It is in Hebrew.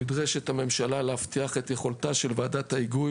נדרשת הממשלה להבטיח את יכולתה של ועדת ההיגוי